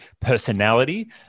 personality